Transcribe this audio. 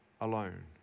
alone